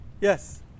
Yes